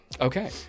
Okay